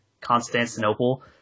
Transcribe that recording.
Constantinople